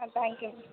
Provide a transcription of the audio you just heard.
ah thank you ma'am